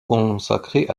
consacrés